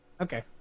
Okay